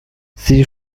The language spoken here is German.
sie